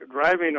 driving